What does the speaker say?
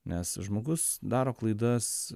nes žmogus daro klaidas